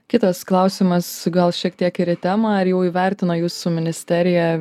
kitas klausimas gal šiek tiek ir temą ar jau įvertino jūsų ministerija